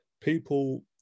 people